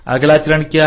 अगला चरण क्या है